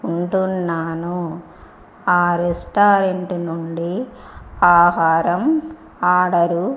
ఉంటున్నాను ఆ రెస్టారెంటు నుండి ఆహారం ఆర్డర్